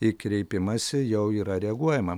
į kreipimąsi jau yra reaguojama